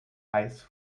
ice